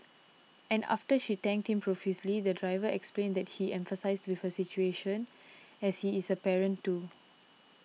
and after she thanked him profusely the driver explained that he empathised with her situation as he is a parent too